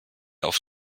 auf